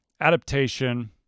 adaptation